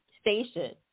station